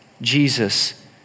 Jesus